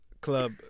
club